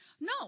No